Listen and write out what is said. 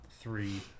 three